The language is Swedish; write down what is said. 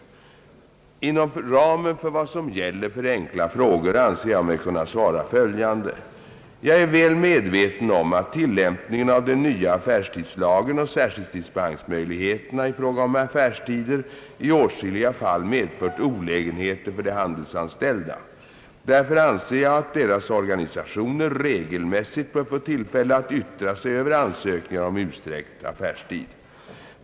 Inom ramen för vad som gäller för enkla frågor anser jag mig kunna svara följande. Jag är väl medveten om att tillämpningen av den nya affärstidslagen och särskilt dispensmöjligheterna i fråga om affärstider i åtskilliga fall medför olägenheter för de handelsanställda. Därför anser jag att deras organisationer regelmässigt bör få tillfälle att yttra sig över ansökningar om utsträckt affärstid.